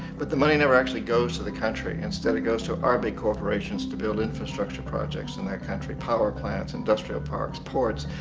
but the money never actually goes to the country. instead it goes to our big corporations to build infrastructure projects in that country. power plants, industrial parks, ports.